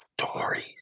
stories